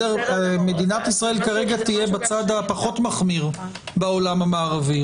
מדינת ישראל כרגע תהיה בצד הפחות מחמיר בעולם המערבי.